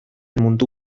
mundu